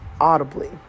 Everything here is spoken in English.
audibly